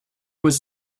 was